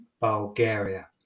Bulgaria